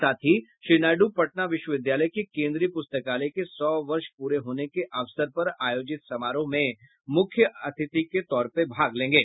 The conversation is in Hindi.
साथ ही श्री नायडू पटना विश्वविद्यालय के केन्द्रीय पुस्तकालय के सौ वर्ष पूरे होने के अवसर पर आयोजित समारोह में मुख्य अतिथि के रूप में भी भाग लेंगे